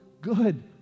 good